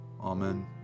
Amen